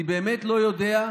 אני באמת לא יודע,